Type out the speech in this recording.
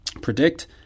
predict